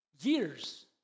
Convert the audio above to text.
years